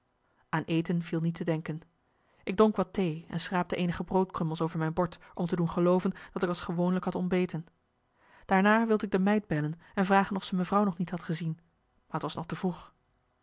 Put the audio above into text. aan eten viel niet te denken ik dronk wat thee en schrapte eenige broodkrummels over mijn bord om te doen gelooven dat ik als gewoonlijk had ontbeten daarna wilde ik de meid bellen en vragen of ze mevrouw nog niet had gezien maar t was nog te vroeg